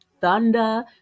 Thunder